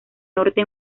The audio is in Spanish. norte